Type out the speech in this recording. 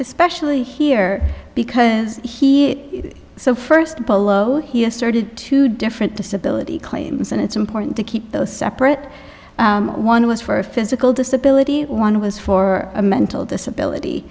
especially here because he so first below he has started two different disability claims and it's important to keep those separate one was for physical disability one was for a mental disability